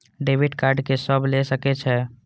Debit card के सब ले सके छै?